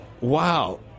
wow